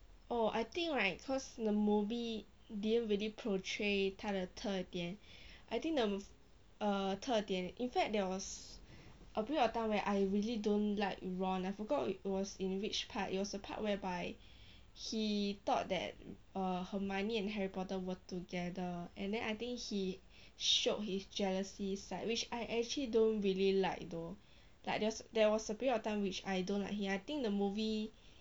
oh I think right cause the movie didn't really portray 他的特点 I think the err 特点 in fact there was a period of time where I really don't like ron I forgot it was in which part it was the part whereby he thought that err hermione and harry potter were together and then I think he showed his jealousy side which I actually don't really like though like there was there was a period of time which I don't like him I think the movie